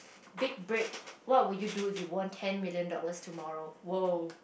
big break what would you do if you won ten million dollars tomorrow !woah!